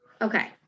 okay